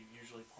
usually